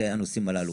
אלה הנושאים הללו.